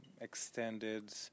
Extended